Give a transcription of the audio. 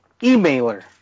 emailer